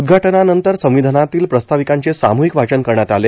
उद्घाटनानंतर संविधानातील प्रस्ताविकाचे सामूहिक वाचन करण्यात आले